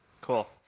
Cool